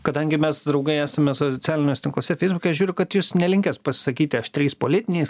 kadangi mes draugai esame socialiniuose tinkluose feisbuke žiūriu kad jūs nelinkęs pasakyti aštriais politiniais